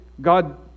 God